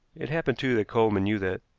it happened, too, that coleman knew that,